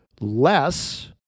less